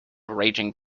raging